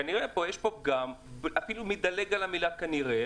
כנראה יש כאן פגם - אני אפילו מדלג על המילה כנראה